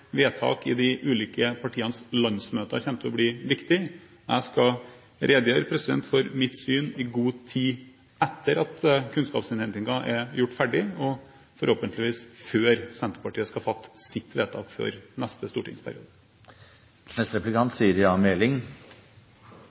vedtak i de ulike partienes landsmøter kommer til å bli viktig. Jeg skal redegjøre for mitt syn i god tid etter at kunnskapsinnhentingen er gjort ferdig, og forhåpentligvis før Senterpartiet skal fatte sitt vedtak før neste stortingsperiode.